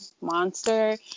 monster